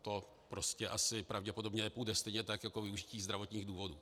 To prostě asi pravděpodobně nepůjde stejně tak jako využití zdravotních důvodů.